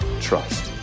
trust